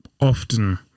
often